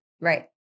Right